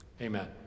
Amen